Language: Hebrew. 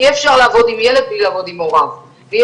אי אפשר לעבוד עם ילד בלי לעבוד הוריו ואי